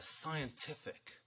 scientific